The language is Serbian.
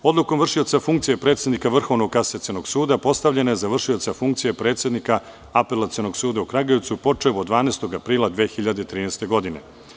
Odlukom vršioca funkcije predsednika Vrhovnog kasacionog suda postavljena je za vršioca funkcije predsednika Apelacionog suda u Kragujevcu, počev od 12. aprila 2013. godine.